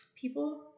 people